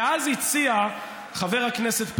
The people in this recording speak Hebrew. ואז הציע חבר הכנסת פרץ,